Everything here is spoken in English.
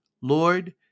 Lord